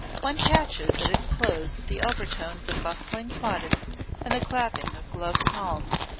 one catches at its close the overtones of bustling plaudits and the clapping of gloved palms.